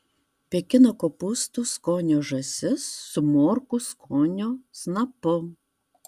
pekino kopūstų skonio žąsis su morkų skonio snapu